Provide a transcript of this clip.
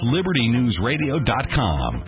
LibertyNewsRadio.com